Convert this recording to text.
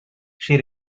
she